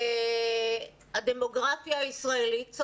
צריך לבדוק את הדמוגרפיה הישראלית.